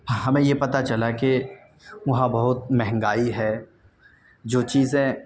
ہمیں یہ پتا چلا کہ وہاں بہت مہنگائی ہے جو چیزیں